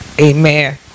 amen